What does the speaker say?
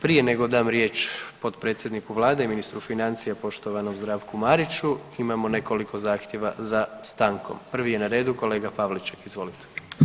Prije nego dam riječ potpredsjedniku vlade i ministru financija poštovanom Zdravku Mariću imamo nekoliko zahtjeva za stankom, prvi je na redu kolega Pavliček, izvolite.